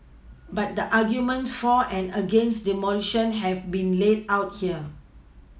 but the arguments for and against demolition have been laid out here